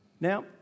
Now